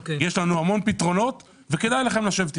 יש לנו המון פתרונות וכדאי לכם לשבת איתנו.